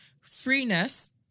Freeness